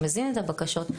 שמזין את הבקשות,